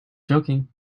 joking